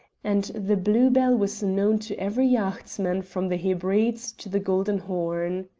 and the blue-bell was known to every yachtsman from the hebrides to the golden horn.